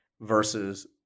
versus